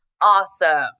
awesome